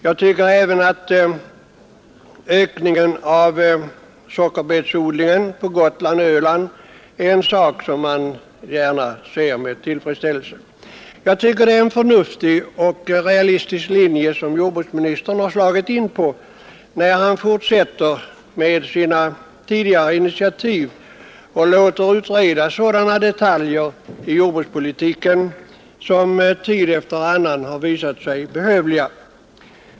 Jag tycker även att ökningen av sockerbetsodlingen på Gotland och Öland är en sak som jag gärna ser med tillfredsställelse. Jag tycker att det är en förnuftig och realistisk linje som jordbruksministern har slagit in på, när han fortsätter med sina tidigare initiativ och låter utreda sådana detaljer inom jordbrukspolitiken som tid efter annan har visat sig behövliga.